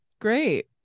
great